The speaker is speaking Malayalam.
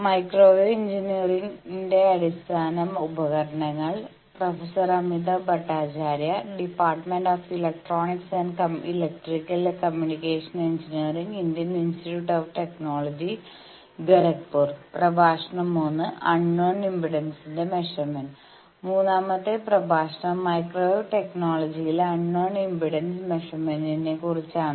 മൂന്നാമത്തെ പ്രഭാഷണം മൈക്രോവേവ് ടെക്നോളജിയിലെ അൺനോൺ ഇംപെഡൻസ് മെഷർമെന്റിനെ കുറിച്ചാണ്